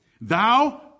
Thou